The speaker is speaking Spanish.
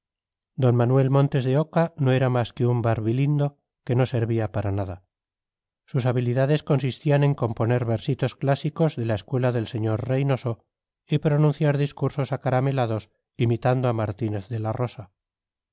d manuel montes de oca no era más que un barbilindo que no servía para nada sus habilidades consistían en componer versitos clásicos de la escuela del sr reinoso y pronunciar discursos acaramelados imitando a martínez de la rosa